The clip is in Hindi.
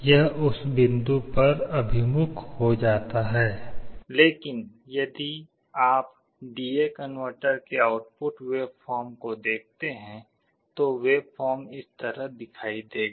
यह उस बिंदु पर अभिमुख हो जाता है लेकिन यदि आप डी ए कनवर्टर के आउटपुट वेवफॉर्म को देखते हैं तो वेवफॉर्म इस तरह दिखाई देगा